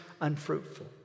unfruitful